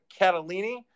Catalini